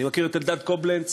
אני מכיר את אלדד קובלנץ,